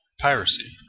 piracy